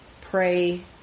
pray